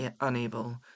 unable